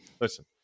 Listen